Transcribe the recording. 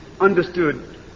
understood